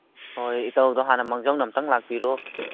ꯍꯣꯏ ꯏꯇꯥꯎꯗꯣ ꯍꯥꯟꯅ ꯃꯥꯡꯖꯧꯅ ꯑꯝꯇꯪ ꯂꯥꯛꯄꯤꯔꯣ